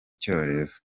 cyorezo